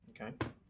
Okay